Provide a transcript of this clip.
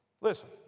Listen